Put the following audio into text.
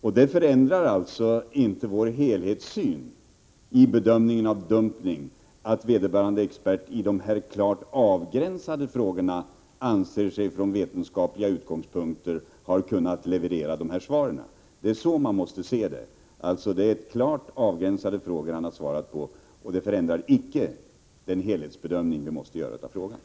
Den helhetssyn som ligger till grund för vår bedömning av dumpning förändras inte av att vederbörande expert när det gäller dessa klart avgränsade frågor har ansett sig från vetenskaplig utgångspunkt kunna leverera dessa svar. Det är så man måste se det. Det är alltså klart avgränsade frågor han har svarat på, och detta förändrar icke den helhetsbedömning av frågan som vi måste göra.